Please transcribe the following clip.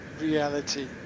reality